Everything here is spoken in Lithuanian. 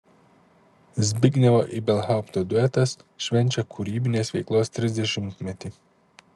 zbignevo ibelhaupto duetas švenčia kūrybinės veiklos trisdešimtmetį